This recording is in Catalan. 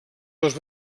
dels